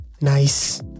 nice